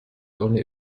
only